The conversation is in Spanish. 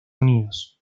unidos